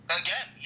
again